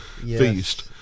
feast